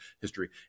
history